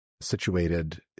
situated